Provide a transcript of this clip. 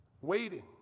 Waiting